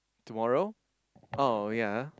tomorrow oh yea